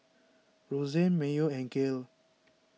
Roseanne Mayo and Gail